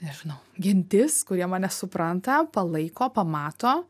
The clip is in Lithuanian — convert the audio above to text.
nežinau gentis kurie mane supranta palaiko pamato